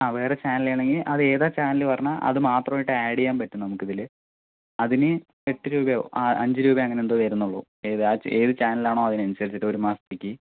ആ വേറെ ചാനല് ചെയ്യണമെങ്കിൽ അതേതാ ചാനല് പറഞ്ഞാൽ അത് മാത്രമായിട്ട് ആഡ് ചെയ്യാൻ പറ്റും നമുക്കിതില് അതിന് എട്ടുരൂപയോ അഞ്ചുരൂപയോ അങ്ങനെന്തോ വരുന്നുള്ളൂ വ ഏത് ചാനലാണോ അതിനനുസരിച്ചിട്ട് ഒരുമാസത്തേക്ക്